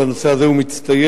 בנושא הזה הוא מצטיין,